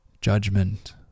judgment